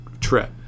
trip